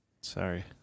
Sorry